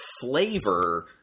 flavor